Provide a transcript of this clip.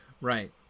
Right